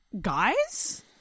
guys